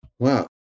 Wow